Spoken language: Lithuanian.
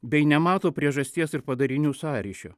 bei nemato priežasties ir padarinių sąryšio